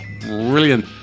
Brilliant